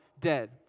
Dead